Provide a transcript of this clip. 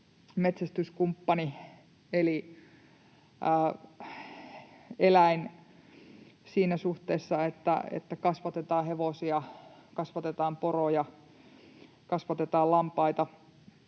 metsästyskumppani tai eläin siinä suhteessa, että kasvatetaan hevosia, kasvatetaan